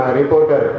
reporter